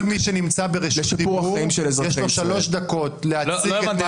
בו כל מי שנמצא ברשות דיבור יש לו שלוש דקות להציג את --- לא הבנתי,